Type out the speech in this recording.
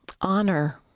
honor